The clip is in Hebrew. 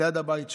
ליד הבית שלו,